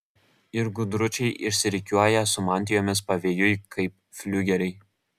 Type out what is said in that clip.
ir gudručiai išsirikiuoja su mantijomis pavėjui kaip fliugeriai